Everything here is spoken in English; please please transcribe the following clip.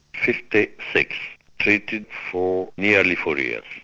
fifty six treated for nearly four years,